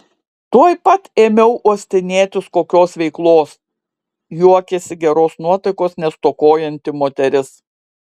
tuoj pat ėmiau uostinėtis kokios veiklos juokėsi geros nuotaikos nestokojanti moteris